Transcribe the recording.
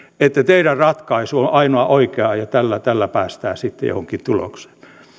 että teidän ratkaisu on ainoa oikea ja tällä tällä päästään sitten johonkin tulokseen